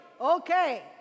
Okay